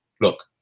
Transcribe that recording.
Look